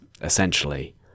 essentially